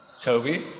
Toby